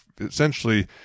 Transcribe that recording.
essentially